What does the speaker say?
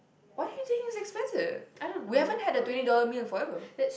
why do you think is expensive we haven't had a twenty dollars meal forever